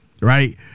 right